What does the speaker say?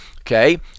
okay